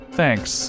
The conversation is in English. thanks